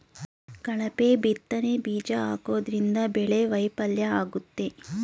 ಕಳಪೆ ಬಿತ್ತನೆ ಬೀಜ ಹಾಕೋದ್ರಿಂದ ಬೆಳೆ ವೈಫಲ್ಯ ಆಗುತ್ತೆ